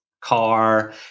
car